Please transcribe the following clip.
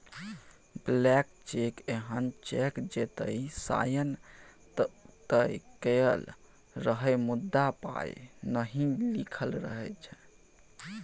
blank cheque एहन cheque जतय sign तए कएल रहय मुदा पाइ नहि लिखल रहै छै